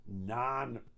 non